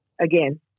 again